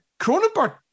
Cronenberg